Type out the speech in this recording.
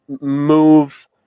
move